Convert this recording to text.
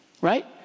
Right